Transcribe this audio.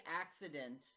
accident